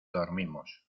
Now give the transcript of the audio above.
dormimos